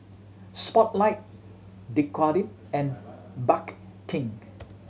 Spotlight Dequadin and Bake King